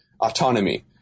autonomy